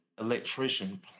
electrician